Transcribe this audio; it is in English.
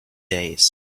days